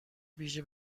ویژه